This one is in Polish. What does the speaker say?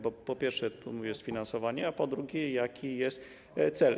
Bo, po pierwsze, mówię: sfinansowanie, a po drugie - jaki jest cel?